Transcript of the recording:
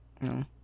No